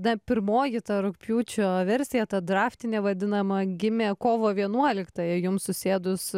na pirmoji rugpjūčio versija ta draftinė vadinama gimė kovo vienuoliktąją jums susėdus